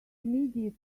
immediate